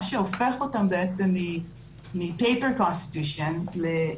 מה שהופך אותן בעצם מ-Paper Constitution לחוקות